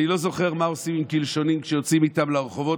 אני לא זוכר מה עושים עם קלשונים כשיוצאים איתם לרחובות,